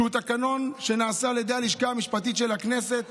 תקנון שנעשה על ידי הלשכה המשפטית של הכנסת